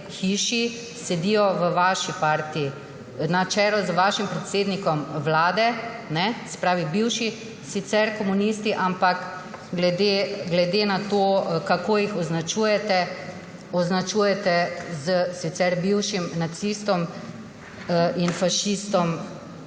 hiši sedijo v vaši partiji, na čelu z vašim predsednikom Vlade. Se pravi sicer bivši komunisti, ampak glede na to, kako jih označujete, označujete s sicer bivšim nacistom in fašistom